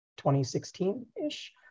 2016-ish